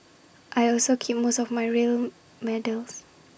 I also keep most of my real medals